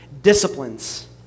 disciplines